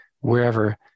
wherever